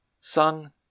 sung